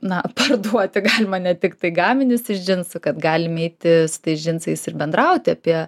na parduoti galima ne tiktai gaminius iš džinsų kad galim eiti su tais džinsais ir bendraut apie